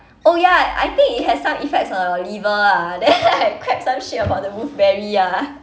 oh ya I think it has some effects on our liver ah then I crap some shit about the wolfberry ah